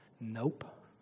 nope